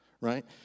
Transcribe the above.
Right